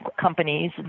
companies